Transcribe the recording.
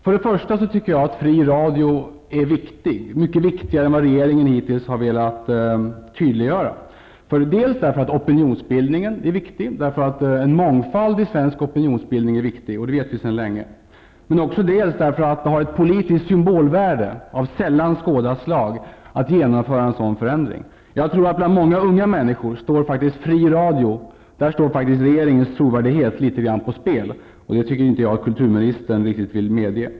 För det första: Jag tycker att fri radio är viktig, mycket viktigare än regeringen hittills har velat tydliggöra, dels därför att opinionsbildningen är viktig -- en mångfald i svensk opinionsbildning är viktig, vilket vi sedan länge vet --, dels därför att det har ett politiskt symbolvärde av sällan skådat slag att genomföra en sådan förändring. Jag tror att i fråga om en fri radio står regeringens trovärdighet litet grand på spel bland unga människor, vilket jag tycker att kulturministern inte riktigt vill medge.